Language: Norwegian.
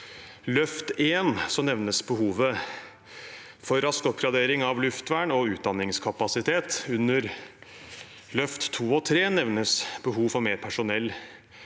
nevnes behovet for rask oppgradering av luftvern og utdanningskapasitet. Under løft 2 og 3 nevnes behov for mer personell